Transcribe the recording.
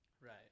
Right